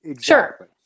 sure